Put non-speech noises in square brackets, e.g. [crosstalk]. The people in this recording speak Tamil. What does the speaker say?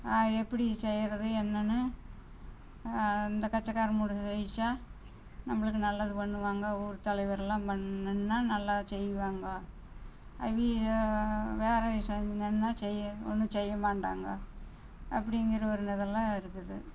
அது எப்படி செய்கிறது என்னென்னு அந்த கட்சிக்காரன் [unintelligible] ஜெயித்தா நம்மளுக்கு நல்லது பண்ணுவாங்க ஊர் தலைவரெல்லாம் பண்ணுனால் நல்லா செய்வாங்கோ அவங்க வேறே [unintelligible] செய்ய ஒன்றும் செய்ய மாட்டாங்கோ அப்படிங்கிற ஒரு இதெல்லாம் இருக்குது